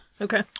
Okay